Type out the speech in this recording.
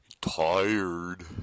tired